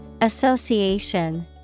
Association